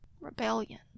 rebellion